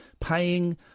paying